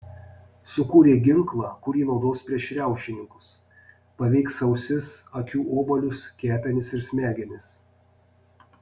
sukūrė ginklą kurį naudos prieš riaušininkus paveiks ausis akių obuolius kepenis ir smegenis